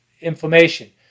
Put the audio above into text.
inflammation